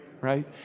right